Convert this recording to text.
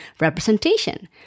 representation